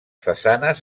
façanes